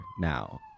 now